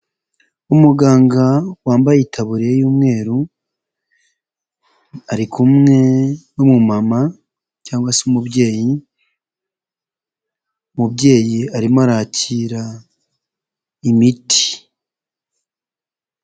Umuganga wambaye taburiya y'umweru, arikumwe n'umumama cyangwa se umubyeyi, umubyeyi arimo arakira imiti.